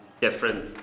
different